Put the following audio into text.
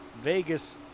Vegas